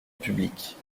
publiques